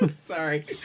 Sorry